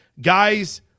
guys